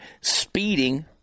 speeding